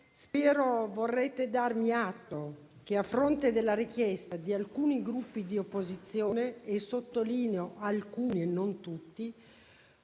spero vorrete darmi atto che, a fronte della richiesta di alcuni Gruppi di opposizione - e sottolineo: alcuni e non tutti